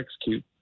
execute